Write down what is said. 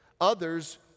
others